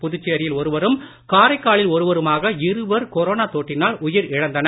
புதுச்சேரியில் ஒருவரும் காரைக்காலில் ஒருவருமாக இருவர் கொரோனா தொற்றினால் உயிரிழந்தனர்